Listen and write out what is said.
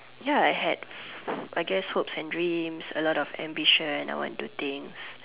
ya I had I guess hopes and dreams a lot of ambition I want do things